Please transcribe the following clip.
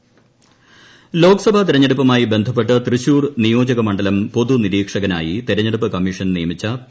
K Senapathi Lok Sabha തെരഞ്ഞെടുപ്പുമായി ബന്ധപ്പെട്ട് തൃശൂർ നിയോജകമണ്ഡലം പൊതു നിരീക്ഷകനായി തെരഞ്ഞെടുപ്പ് കമ്മീഷൻ നിയമിച്ച പി